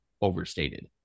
overstated